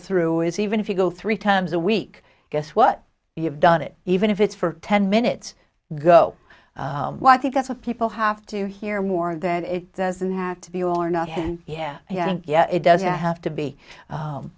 through is even if you go three times a week guess what you've done it even if it's for ten minutes go by i think that's what people have to hear more that it doesn't have to be or not happen yeah it doesn't have to be